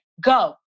go